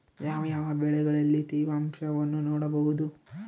ಯಾವ ಯಾವ ಬೆಳೆಗಳಲ್ಲಿ ತೇವಾಂಶವನ್ನು ನೋಡಬಹುದು?